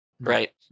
right